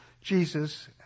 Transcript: Jesus